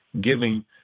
giving